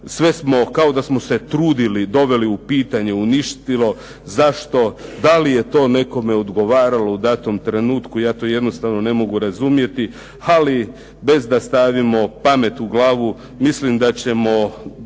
sve smo kao da smo se trudili, doveli u pitanje uništilo, zašto, da li je to nekome odgovaralo u datome trenutku, ja to ne mogu razumjeti, ali bez da stavimo pamet u glavu mislim da ćemo